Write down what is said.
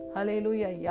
Hallelujah